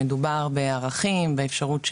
מדובר בערכים,